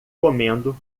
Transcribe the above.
comendo